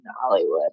Hollywood